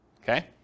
Okay